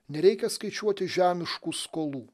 nereikia skaičiuoti žemiškų skolų